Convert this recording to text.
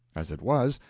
as it was,